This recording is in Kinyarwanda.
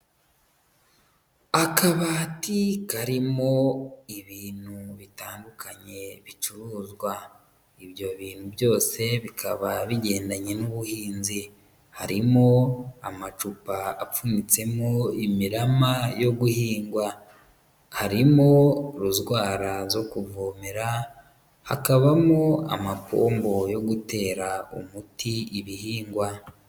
Akabati karimo ibintu bitandukanye bicuruzwa, ibyo bintu byose bikaba bigendanye n'ubuhinzi, harimo amacupa apfunyitsemo imirama yo guhingwa, harimo ruzwara zo kuvomera, hakabamo amapombo yo gutera umuti ibihingwa.